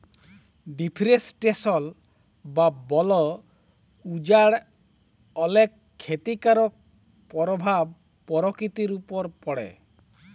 deforestation বা বল উজাড় অলেক খ্যতিকারক পরভাব পরকিতির উপর পড়ে